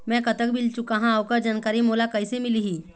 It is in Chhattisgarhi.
मैं कतक बिल चुकाहां ओकर जानकारी मोला कइसे मिलही?